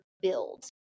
build